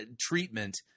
treatment